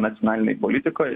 nacionalinėj politikoj